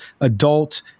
adult